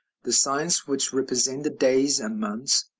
the signs which represent the days and months,